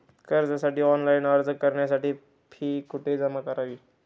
कर्जासाठी ऑनलाइन अर्ज करण्यासाठी फी कुठे जमा करावी?